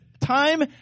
Time